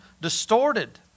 distorted